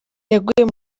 yaguye